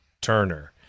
Turner